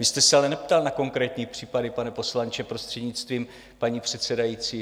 Vy jste se ale neptal na konkrétní případy, pane poslanče, prostřednictvím paní předsedající.